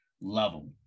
level